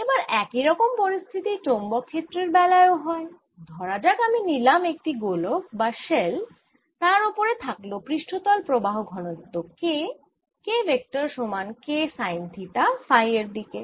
এবার একই রকম পরিস্থিতি চৌম্বক ক্ষেত্রের বেলায় ও হয় ধরা যাক আমি নিলাম একটি গোলক বা শেল ও তার ওপরে থাকল পৃষ্ঠতল প্রবাহ ঘনত্ব K Kভেক্টর সমান K সাইন থিটা ফাই এর দিকে